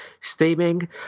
steaming